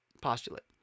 postulate